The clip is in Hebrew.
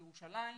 בירושלים,